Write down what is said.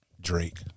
Drake